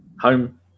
Home